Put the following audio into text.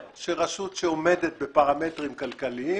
שרשות שעומדת בפרמטרים כלכליים,